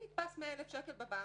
אם נתפסו 100,000 שקל בבנק,